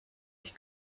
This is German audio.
ich